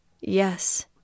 yes